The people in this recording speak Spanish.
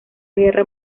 guerra